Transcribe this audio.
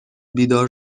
بیدار